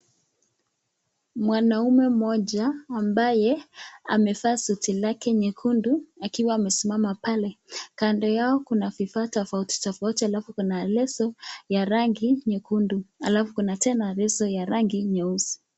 Mwanaume mmoja ambaye amevaa suti lake nyekundu akiwa amesimama pale, kando yao kuna vifaa tofauti tofauti alafu kuna leso ya rangi nyekundu alafu kuna tena leso ya rangi nyeusi.